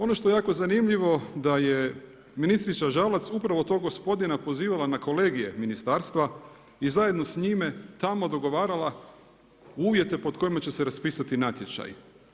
Ono što je jako zanimljivo, da je ministrica Žalac upravo tog gospodina pozivala na kolegije Ministarstva i zajedno s njime tamo dogovarala uvjete pod kojima će se raspisati natječaji.